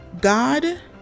God